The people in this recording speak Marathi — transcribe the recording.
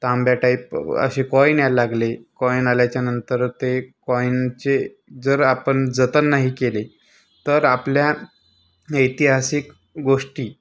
तांब्या टाइप असे कॉईन याय लागले कॉईन आल्याच्यानंतर ते कॉईनचे जर आपण जतन नाही केले तर आपल्या ऐतिहासिक गोष्टी